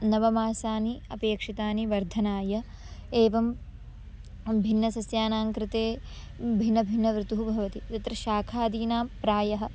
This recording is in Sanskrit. नव मासानि अपेक्षितानि वर्धनाय एवं भिन्नसस्यानाङ्कृते भिन्नभिन्न ऋतुः भवति तत्र शाकादीनां प्रायः